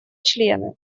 члены